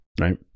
right